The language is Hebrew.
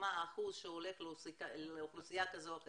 מה האחוז שהולך לאוכלוסייה כזו או אחרת.